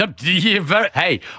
Hey